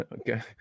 okay